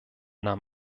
nahm